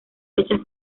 fechas